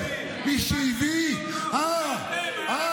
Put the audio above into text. מי שהביא את הציבור החרדי למה,